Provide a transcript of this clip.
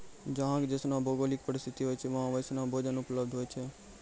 जहां के जैसनो भौगोलिक परिस्थिति होय छै वहां वैसनो भोजनो उपलब्ध होय छै